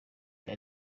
rya